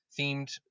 themed